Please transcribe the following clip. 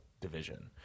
division